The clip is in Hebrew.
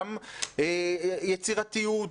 גם התעסוקתיים,